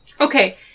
Okay